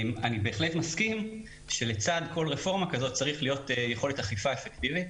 אני בהחלט מסכים שלצד כל רפורמה כזאת צריכה להיות יכולת אכיפה אפקטיבית,